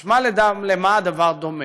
משמע, למה הדבר דומה,